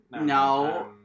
No